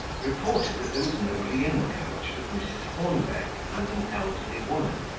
reported that there was nobody in the coach but mrs. hornbeck and an elderly woman,